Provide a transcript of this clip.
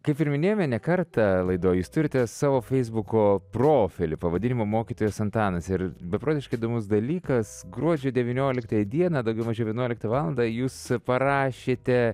kaip ir minėjome ne kartą laidoj jūs turite savo feisbuko profilį pavadinimu mokytojas antanas ir beprotiškai įdomus dalykas gruodžio devynioliktąją dieną daugiau mažiau vienuoliktą valandą jūs parašėte